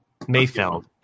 Mayfeld